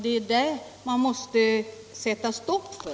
Det är det man måste sätta stoppa för.